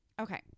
Okay